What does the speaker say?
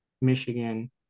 Michigan